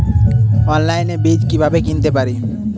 অনলাইনে বীজ কীভাবে কিনতে পারি?